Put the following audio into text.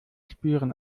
spüren